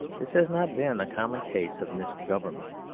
this has not been the common case of misgovernment.